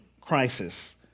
crisis